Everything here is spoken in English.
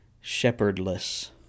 shepherdless